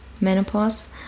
menopause